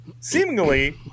seemingly